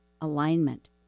alignment